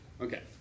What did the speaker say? Okay